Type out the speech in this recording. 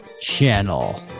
Channel